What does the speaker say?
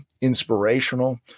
inspirational